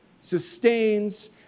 sustains